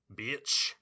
bitch